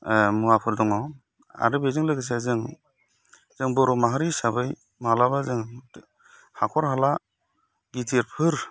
मुवाफोर दङ आरो बेजों लोगोसे जों बर' माहारि हिसाबै माब्लाबा जोङो हाखर हाला गिदिरफोर